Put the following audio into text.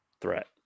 threat